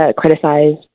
criticize